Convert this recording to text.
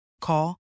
Call